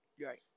Right